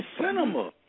cinema